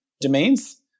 domains